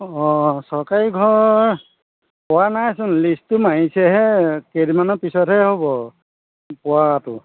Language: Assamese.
অঁ চৰকাৰী ঘৰ পোৱা নাইচোন লিষ্টটো মাৰিছেহে কেইদিনমানৰ পিছতহে হ'ব পোৱাটো